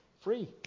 Free